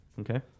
Okay